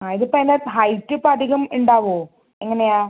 ആ ഇത് ഇപ്പം അല്ലെ ഹൈറ്റ് ഇപ്പം അധികം ഉണ്ടാവുമോ എങ്ങനെയാ